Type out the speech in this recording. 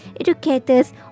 educators